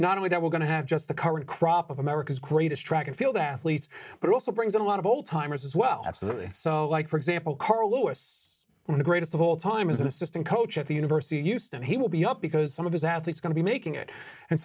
not only that we're going to have just the current crop of america's greatest track and field athletes but also brings in a lot of old timers as well absolutely so like for example carl lewis the greatest of all time as an assistant coach at the university of houston he will be up because some of his athletes going to be making it and